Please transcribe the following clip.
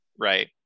right